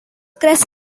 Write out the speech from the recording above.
crest